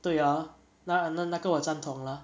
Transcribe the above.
对 ah 那那那个我赞同 lah